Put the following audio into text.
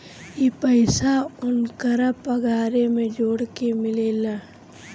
ई पइसा ओन्करा पगारे मे जोड़ के मिलेला